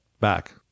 back